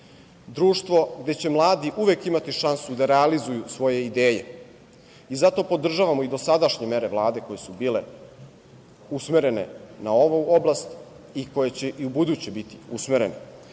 Društvo gde će mladi uvek imati šansu da realizuju svoje ideje i zato podržavamo i dosadašnje mere Vlade koje su bile usmerene na ovu oblast i koje će i ubuduće biti usmeren. Ja